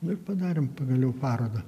nu ir padarėm pagaliau parodą